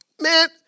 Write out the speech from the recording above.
Man